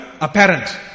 apparent